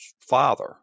father